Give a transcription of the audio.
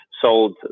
sold